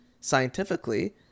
scientifically